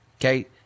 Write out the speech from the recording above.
Okay